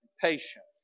patient